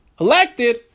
elected